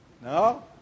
No